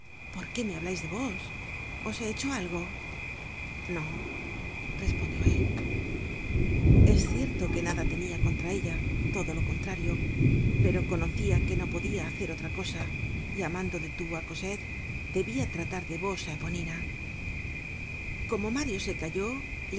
por qué me hablais de vos os he hecho algo no respondió él es cierto que nada tenia contra ella todo lo contrario pero conocía que no podia hacer otra cosa llamando de tú á cosette debia tratar de vos á eponina como mario se calló